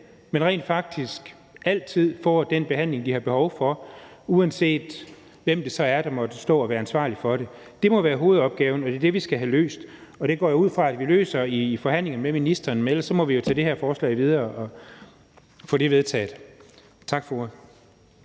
men rent faktisk altid får den behandling, de har behov for, uanset hvem det så er, der måtte stå at være ansvarlig for det? Det må være hovedopgaven, og det er det, vi skal have løst. Det går jeg ud fra vi løser i forhandlingerne med ministeren, men ellers må vi jo tage det her forslag videre og få det vedtaget. Tak for